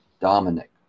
Dominic